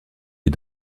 des